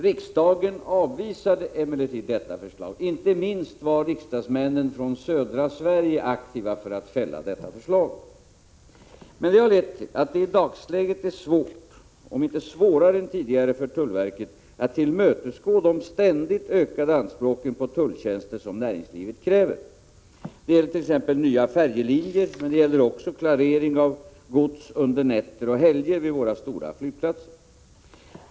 Riksdagen avvisade emellertid detta förslag. Inte minst riksdagsledamöterna från södra Sverige var aktiva för att fälla förslaget. I dagsläget är det svårt, om inte svårare än tidigare, för tullverket att tillmötesgå de ständigt ökade anspråk på tulltjänster som näringslivet ställer. Det gäller exempelvis nya färjelinjer och klarering av gods under nätter och helger vid våra stora flygplatser.